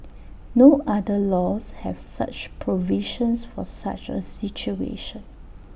no other laws have such provisions for such A situation